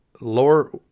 lower